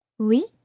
Oui